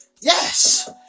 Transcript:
Yes